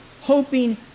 hoping